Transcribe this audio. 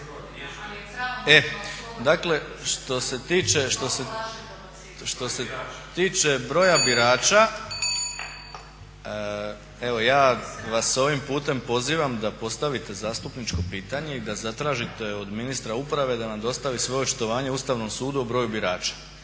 … Dakle što se tiče broja birača, evo ja vas ovim putem pozivam da postavite zastupničko pitanje i da zatražite od ministra uprave da dostavi svoje očitovanje Ustavnom sudu o broju birača